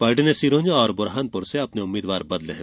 party ने सिरोंज और बुरहानपुर से अपने उम्मीद्वार बदले हैं